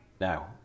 Now